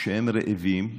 כשהם רעבים.